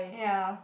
ya